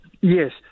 Yes